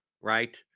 right